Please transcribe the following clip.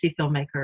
filmmaker